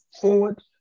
forward